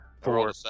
Four